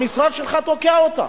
המשרד שלך תוקע אותן,